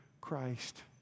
Christ